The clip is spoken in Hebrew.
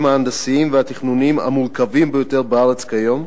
ההנדסיים והתכנוניים המורכבים ביותר בארץ כיום,